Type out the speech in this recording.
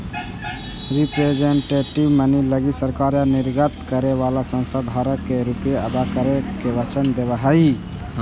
representative money लगी सरकार या निर्गत करे वाला संस्था धारक के रुपए अदा करे के वचन देवऽ हई